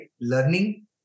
learning